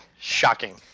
Shocking